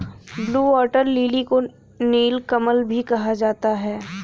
blue water lily को नीलकमल भी कहा जाता है